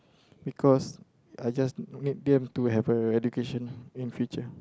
because I just need them to have a education in future